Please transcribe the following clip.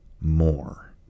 more